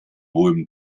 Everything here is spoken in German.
hohem